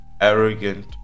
arrogant